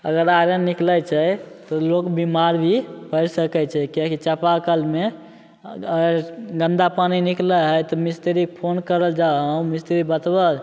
अगर आयरन निकलै छै तऽ लोक बेमार भी पड़ि सकै छै किएकि चापाकलमे गन्दा पानी निकलै हइ तऽ मिस्त्रीके फोन करल जाए मिस्त्री बतबै